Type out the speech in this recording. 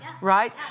right